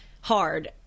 hard